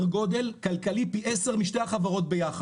גודל כלכלי פי עשר משתי החברות ביחד,